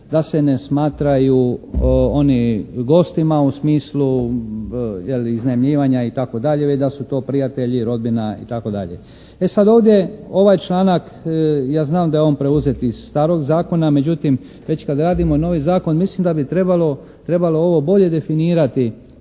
da se ne smatraju oni gostima u smislu iznajmljivanja itd. već da su to prijatelji, rodbina itd. E sad ovdje ovaj članak ja znam da je on preuzet iz starog zakona. Međutim, već kad radimo novi zakon mislim da bi trebalo ovo bolje definirati,